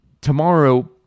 Tomorrow